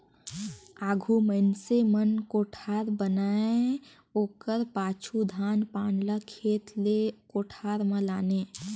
आघु मइनसे मन कोठार बनाए ओकर पाछू धान पान ल खेत ले कोठार मे लाने